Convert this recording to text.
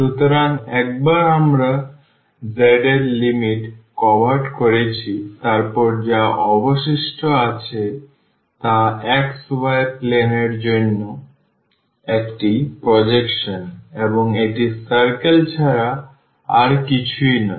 সুতরাং একবার আমরা z এর লিমিট কভার করেছি তারপর যা অবশিষ্ট আছে তা xy প্লেন এর জন্য একটি প্রজেকশন এবং এটি circle ছাড়া আর কিছুই নয়